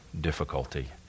difficulty